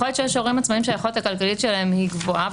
יכול להיות שיש הורים עצמאיים שהיכולת הכלכלית שלהם גבוהה.